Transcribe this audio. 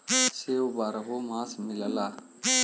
सेब बारहो मास मिलला